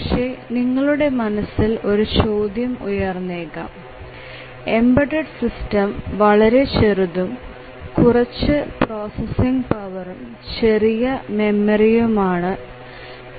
പക്ഷെ നിങ്ങളുടെ മനസ്സിൽ ഒരു ചോദ്യം ഉയർന്നേക്കാം എംബെഡ്ഡ്ഡ് സിസ്റ്റം വളരെ ചെറുതും കുറച്ചു പ്രോസസ്സിംഗ് പവറും ചെറിയ മെമ്മറിയുമാണെന്നു